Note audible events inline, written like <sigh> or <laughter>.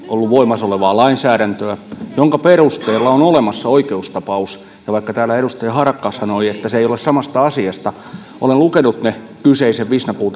ollut voimassa olevaa lainsäädäntöä jonka perusteella on on olemassa oikeustapaus ja vaikka täällä edustaja harakka sanoi että se ei ole samasta asiasta niin olen lukenut ne kyseisen visnapuu <unintelligible>